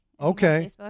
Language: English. Okay